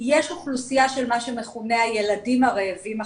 יש אוכלוסייה של מה שמכונה 'הילדים הרעבים החדשים',